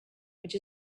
which